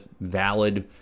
valid